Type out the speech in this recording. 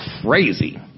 crazy